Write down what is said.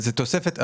זה תוספת.